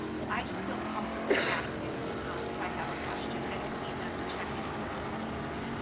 well, i just feel comfortable asking if i have a question. i don't need them to check-in with me all the time.